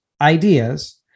ideas